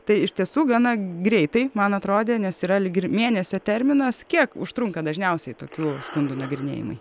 tai iš tiesų gana greitai man atrodė nes yra lyg ir mėnesio terminas kiek užtrunka dažniausiai tokių skundų nagrinėjimai